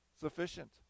sufficient